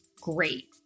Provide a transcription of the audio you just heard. great